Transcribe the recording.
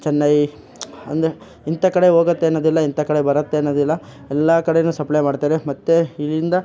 ಚೆನ್ನೈ ಅಂದರೆ ಇಂಥ ಕಡೆ ಹೋಗತ್ತೆ ಅನ್ನೋದಿಲ್ಲ ಇಂಥ ಕಡೆ ಬರುತ್ತೆ ಅನ್ನೋದಿಲ್ಲ ಎಲ್ಲಾ ಕಡೆ ಸಪ್ಲೈ ಮಾಡ್ತಾರೆ ಮತ್ತು ಇದರಿಂದ